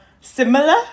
similar